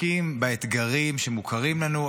עסוקים באתגרים שמוכרים לנו,